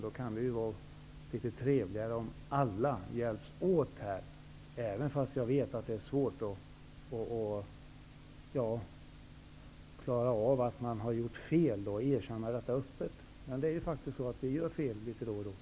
Det kan ju då vara trevligare om alla hjälps åt, fast jag vet att det är svårt att klara av att man har gjort fel och erkänna detta öppet. Men vi gör ju faktiskt fel litet då och då.